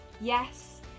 Yes